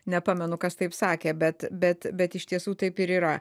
nepamenu kas taip sakė bet bet bet iš tiesų taip ir yra